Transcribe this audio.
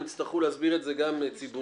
הם יצטרכו להסביר את זה גם ציבורית